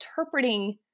interpreting